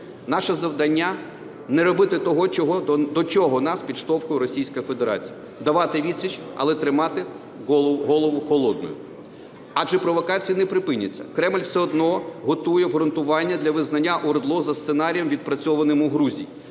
Наше завдання - не робити того, до чого нас підштовхує Російська Федерація, давати відсіч, але тримати голову холодною, адже провокації не припиняться. Кремль все одно готує обґрунтування для визнання ОРДЛО за сценарієм, відпрацьованим у Грузії,